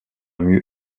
mue